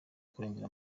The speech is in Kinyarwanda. kurenga